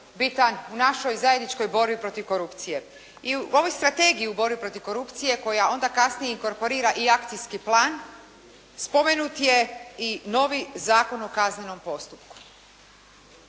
bitan u našoj zajedničkoj borbi protiv korupcije. I u ovoj strategiji u borbi protiv korupcije koja onda kasnije inkorporira i akcijski plan, spomenut je i novi Zakon o kaznenom postupku.